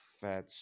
fat